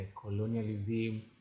colonialism